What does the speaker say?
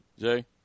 Jay